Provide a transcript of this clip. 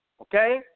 Okay